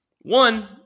One